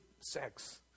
sex